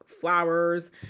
flowers